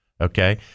okay